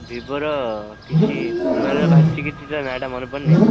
ଭିବୋର କିଛି ନୂଆ ନୂଆ ବାହାରିଛି କି କିଛି ତା ନାଁଟା ମନେ ପଡ଼ୁନି